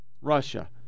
Russia